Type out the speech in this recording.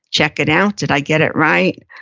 check it out, did i get it right?